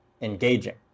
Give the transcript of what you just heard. engaging